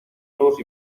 nuevos